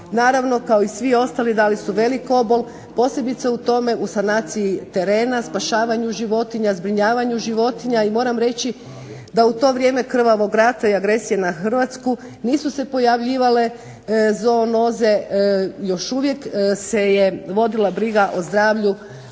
Naravno, kao i svi ostali dali su veliki obol, posebice u tome u sanaciji terena, spašavanju životinja, zbrinjavanju životinja i moram reći da u to vrijeme krvavog rata i agresije na Hrvatsku nisu se pojavljivale zoonoze, još uvijek se vodila briga o zdravlju